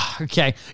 okay